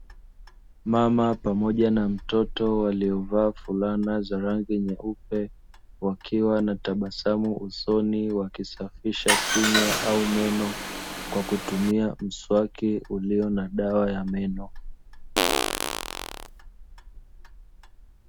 Mama pamoja na mtoto waliovaa fulana za rangi nyeupe, wakiwa na tabasamu usoni, wakisafisha kinywa au meno kwa kutumia mswaki ulio na dawa ya meno.